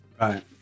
right